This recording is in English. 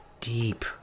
deep